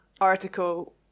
article